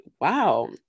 wow